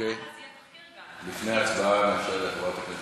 החוץ והביטחון,